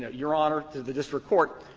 your honor, to the district court,